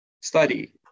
study